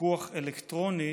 לפיקוח אלקטרוני